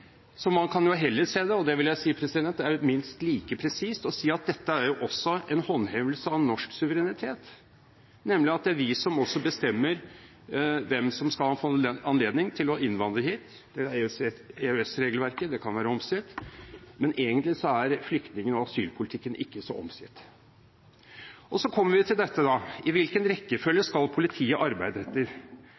som man kan få inntrykk av. Det er jo nettopp fordi de ikke har en historie som tilsier at de skal ha beskyttelse, som gjør at lovlige forvaltningsvedtak må effektueres. Så jeg vil si at det er minst like presist å si at dette er en håndhevelse av norsk suverenitet, nemlig ved at det er vi som bestemmer hvem som skal få anledning til å innvandre hit. EØS-regelverket kan være omstridt, men egentlig er flyktning- og asylpolitikken ikke så omstridt. Så kommer vi til dette: Hvilken rekkefølge skal politiet arbeide etter?